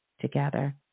together